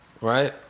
right